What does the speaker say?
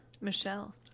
Michelle